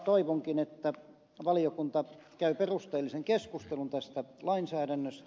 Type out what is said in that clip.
toivonkin että valiokunta käy perusteellisen keskustelun tästä lainsäädännöstä